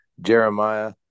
Jeremiah